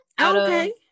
Okay